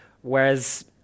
whereas